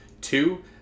Two